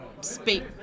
speak